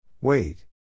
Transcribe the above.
Wait